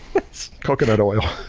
coconut oil.